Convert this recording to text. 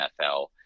nfl